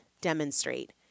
demonstrate